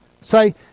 say